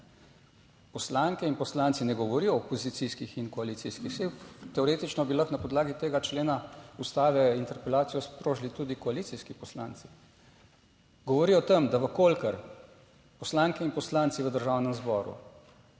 poslanke in poslanci ne govorijo o opozicijskih in koalicijskih, saj teoretično bi lahko na podlagi tega člena Ustave interpelacijo sprožili tudi koalicijski poslanci govorijo o tem, da v kolikor poslanke in poslanci v Državnem zboru